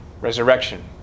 resurrection